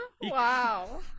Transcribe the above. Wow